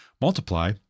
multiply